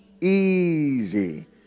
easy